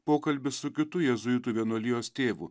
pokalbis su kitu jėzuitų vienuolijos tėvu